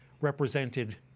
represented